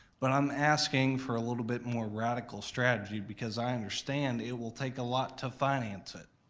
but i'm asking for a little bit more radical strategy because i understand it will take a lot to finance it.